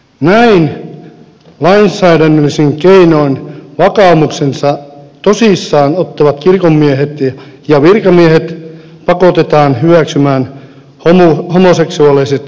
näin lainsäädännöllisin keinoin vakaumuksensa tosissaan ottavat kirkonmiehet ja virkamiehet pakotetaan hyväksymään homoseksuaaliset elämänihanteet